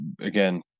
again